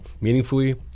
meaningfully